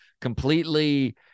completely